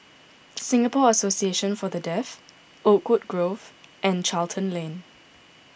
Singapore Association for the Deaf Oakwood Grove and Charlton Lane